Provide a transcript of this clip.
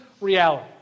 reality